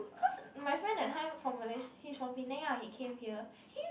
cause my friend that time from Malaysia he's from Penang lah he came here he